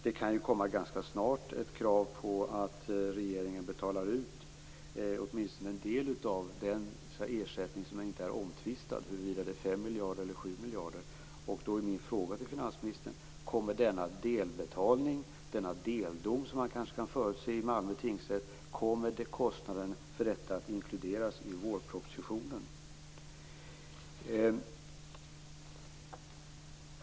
Det kan ganska snart komma ett krav på att regeringen betalar ut åtminstone en del av den ersättning som inte är omtvistad - 5 eller 7 miljarder. Då är min fråga till finansministern: Kommer denna delbetalning - man kan kanske förutse en deldom i Malmö tingsrätt - att inkluderas i vårpropositionen?